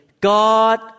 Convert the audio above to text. God